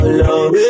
love